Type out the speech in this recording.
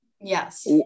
Yes